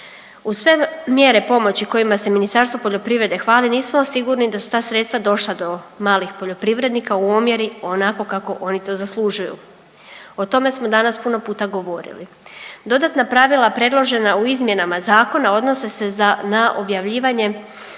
Uz sve mjere pomoći kojima se Ministarstvo poljoprivrede hvali nismo sigurni da su ta sredstva došla do malih poljoprivrednika u omjeri onako kako to oni zaslužuju, o tome smo danas puno puta govorili. Dodatna pravila predložena u izmjenama Zakona odnose se na objavljivanje